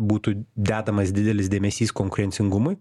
būtų dedamas didelis dėmesys konkurencingumui